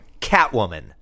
Catwoman